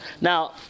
Now